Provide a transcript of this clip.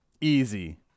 Easy